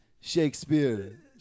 Shakespeare